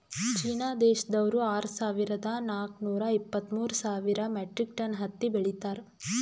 China ದೇಶ್ದವ್ರು ಆರ್ ಸಾವಿರದಾ ನಾಕ್ ನೂರಾ ಇಪ್ಪತ್ತ್ಮೂರ್ ಸಾವಿರ್ ಮೆಟ್ರಿಕ್ ಟನ್ ಹತ್ತಿ ಬೆಳೀತಾರ್